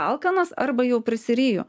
alkanas arba jau prisiryju